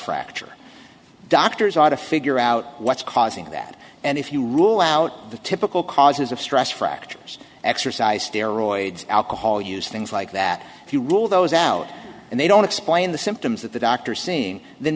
fracture doctors ought to figure out what's causing that and if you rule out the typical causes of stress fractures exercise steroids alcohol use things like that if you rule those out and they don't explain the symptoms that the doctor seeing then